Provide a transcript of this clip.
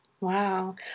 Wow